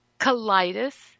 colitis